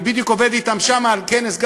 אני בדיוק עובד אתם שם על כנס,